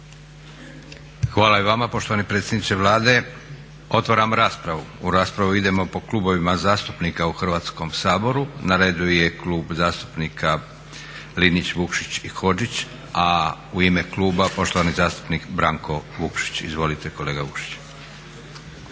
Hvala i vama poštovani predsjedniče Vlade. Otvaram raspravu. U raspravu idemo po klubovima zastupnika u Hrvatskom saboru. Na redu je Klub zastupnika Linić, Vukšić i Hodžić, a u ime kluba poštovani zastupnik Branko Vukšić. Izvolite kolega Vukšić.